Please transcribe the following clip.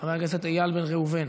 חבר הכנסת איל בן ראובן,